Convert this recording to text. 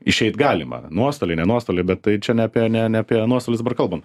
išeit galima nuostoliai nenuostoliai bet tai čia ne apie ne ne apie anuos vis dabar kalbam